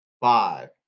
five